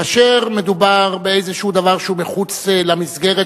כאשר מדובר באיזה דבר שהוא מחוץ למסגרת